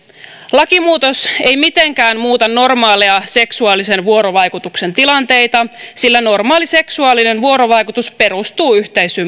lakimuutos ei mitenkään muuta normaaleja seksuaalisen vuorovaikutuksen tilanteita sillä normaali seksuaalinen vuorovaikutus perustuu yhteisymmärrykseen